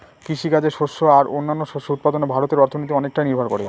কৃষিকাজে শস্য আর ও অন্যান্য শস্য উৎপাদনে ভারতের অর্থনীতি অনেকটাই নির্ভর করে